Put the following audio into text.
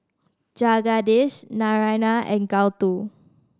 Jagadish Naraina and Gouthu